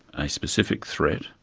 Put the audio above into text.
a specific threat,